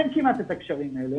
אין כמעט את הקשרים האלה.